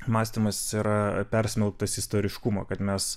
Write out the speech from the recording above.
mąstymas yra persmelktas istoriškumo kad mes